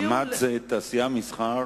תמ"ת זה תעשייה, מסחר